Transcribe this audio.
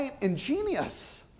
ingenious